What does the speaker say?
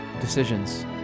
decisions